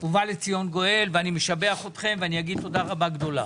ובא לציון גואל ואני משבח אתכם ואני אגיד תודה רבה גדולה.